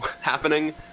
happening